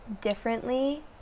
differently